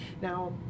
now